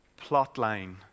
plotline